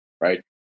right